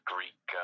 Greek